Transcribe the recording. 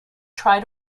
try